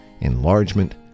enlargement